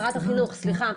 שרת החינוך, סליחה,